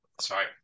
sorry